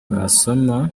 wasoma